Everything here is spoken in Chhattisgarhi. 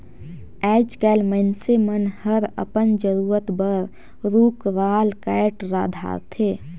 आयज कायल मइनसे मन हर अपन जरूरत बर रुख राल कायट धारथे